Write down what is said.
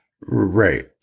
Right